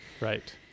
right